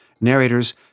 narrators